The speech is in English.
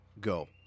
go